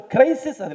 Crisis